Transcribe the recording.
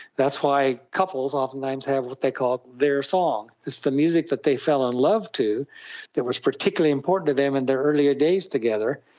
that's why couples oftentimes have what they call their song, it's the music that they fell in love to that was particularly important to them in their early days together.